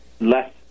less